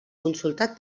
consultat